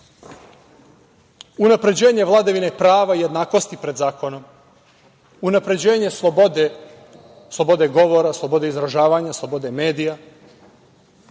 unapređenje vladavine prava i jednakosti pred zakonom, unapređenje slobode govore, slobode izražavanja, slobode medija